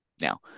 now